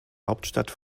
hauptstadt